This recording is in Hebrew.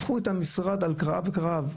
הפכו את המשרד על כרעיו וקרעיו.